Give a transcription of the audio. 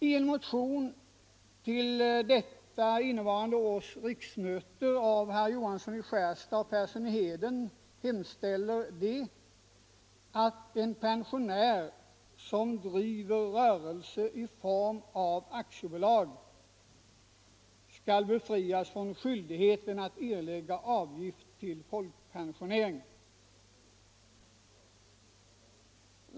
I en motion till innevarande års riksmöte hemställer herr Johansson i Skärstad och herr Persson i Heden att en pensionär som driver rörelse i form av aktiebolag skall befrias från skyldigheten att erlägga avgift till folkpensioneringen.